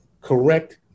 correct